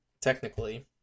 technically